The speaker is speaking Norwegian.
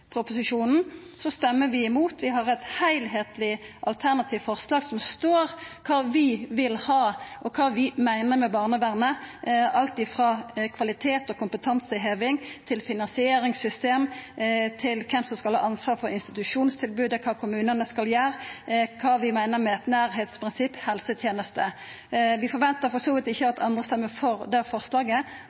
proposisjonen, stemmer vi imot. Vi har eit heilskapleg alternativt forslag der det står kva vi vil ha, og kva vi meiner med barnevernet – alt frå kvalitet og kompetanseheving, finansieringssystem, kven som skal ha ansvar for institusjonstilbodet, kva kommunane skal gjera, til kva vi meiner med eit nærleiksprinsipp knytt til helsetenesta. Vi forventar for så vidt ikkje at andre stemmer for det forslaget.